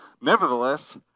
Nevertheless